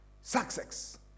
success